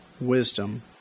wisdom